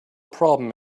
problem